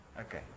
Okay